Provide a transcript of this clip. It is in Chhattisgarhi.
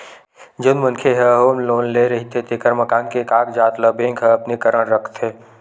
जउन मनखे ह होम लोन ले रहिथे तेखर मकान के कागजात ल बेंक ह अपने करन राखथे